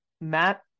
Matt